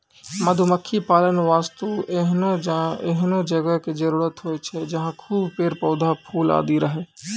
मधुमक्खी पालन वास्तॅ एहनो जगह के जरूरत होय छै जहाँ खूब पेड़, पौधा, फूल आदि रहै